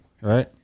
right